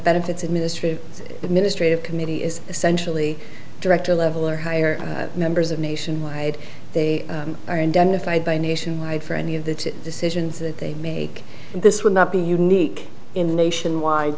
benefits administrative administrative committee is essentially director level or higher members of nationwide they are indemnified by nationwide for any of the decisions that they make and this would not be unique in nationwide